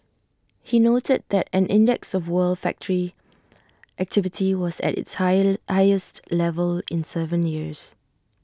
he noted that an index of world factory activity was at its high highest level in Seven years